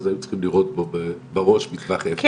אז היו צריכים לירות בו בראש מטווח אפס,